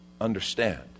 understand